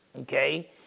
okay